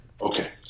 Okay